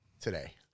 today